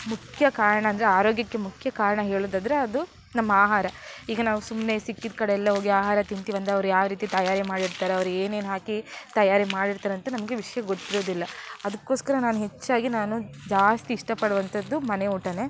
ಮುಖ್ಯ ಕಾರಣ ಅಂದರೆ ಆರೋಗ್ಯಕ್ಕೆ ಮುಖ್ಯ ಕಾರಣ ಹೇಳೋದಾದ್ರೆ ಅದು ನಮ್ಮ ಆಹಾರ ಈಗ ನಾವು ಸುಮ್ಮನೆ ಸಿಕ್ಕಿದ ಕಡೆಯೆಲ್ಲ ಹೋಗಿ ಆಹಾರ ತಿಂತೀವಂದರೆ ಅವ್ರು ಯಾವ ರೀತಿ ತಯಾರಿ ಮಾಡಿರ್ತಾರೆ ಅವ್ರು ಏನೇನು ಹಾಕಿ ತಯಾರಿ ಮಾಡಿರ್ತಾರೆ ಅಂತ ನಮಗೆ ವಿಷ್ಯ ಗೊತ್ತಿರೋದಿಲ್ಲ ಅದಕ್ಕೋಸ್ಕರ ನಾನು ಹೆಚ್ಚಾಗಿ ನಾನು ಜಾಸ್ತಿ ಇಷ್ಟಪಡುವಂಥದ್ದು ಮನೆ ಊಟನೇ